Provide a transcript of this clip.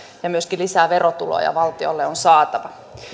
ja myöskin lisää verotuloja valtiolle on saatava